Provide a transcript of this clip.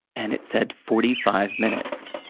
and it said forty five minutes.